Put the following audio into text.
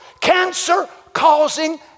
cancer-causing